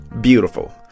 beautiful